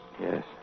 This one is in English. Yes